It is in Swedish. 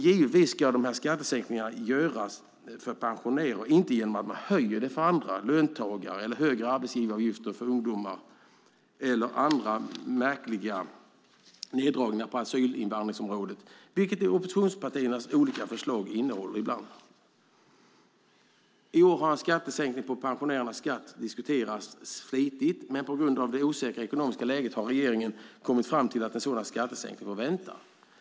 Givetvis ska skattesänkningarna för pensionärer inte genomföras genom att höja skatten för andra löntagare, genom att höja arbetsgivaravgifter för ungdomar eller andra märkliga neddragningar på asyl och invandringsområdet. Det är ibland oppositionspartiernas olika förslag. I år har en sänkning av pensionärernas skatt diskuterats flitigt, men på grund av det osäkra ekonomiska läget har regeringen kommit fram till att en sådan skattesänkning får vänta.